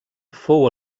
fou